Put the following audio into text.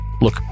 Look